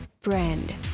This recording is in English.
brand